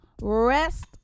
rest